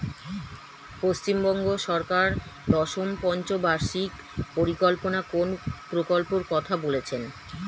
পশ্চিমবঙ্গ সরকার দশম পঞ্চ বার্ষিক পরিকল্পনা কোন প্রকল্প কথা বলেছেন?